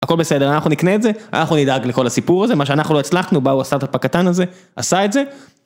הכל בסדר אנחנו נקנה את זה אנחנו נדאג לכל הסיפור הזה מה שאנחנו לא הצלחנו באו הסטארט-אפ הקטן הזה, עשה את זה.